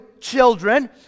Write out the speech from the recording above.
children